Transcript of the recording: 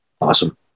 awesome